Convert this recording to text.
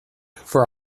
for